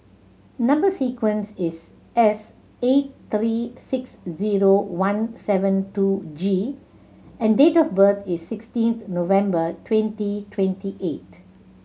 number sequence is S eight three six zero one seven two G and date of birth is sixteenth November twenty twenty eight